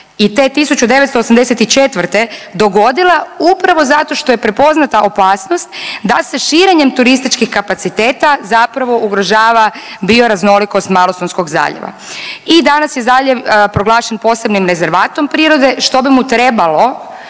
i te 1984. dogodila upravo zato što je prepoznata opasnost da se širenjem turističkih kapaciteta zapravo ugrožava bio raznolikost Malostonskog zaljeva i danas je zaljev proglašen posebnim rezervatom prirode, što bi mu trebalo